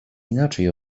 inaczej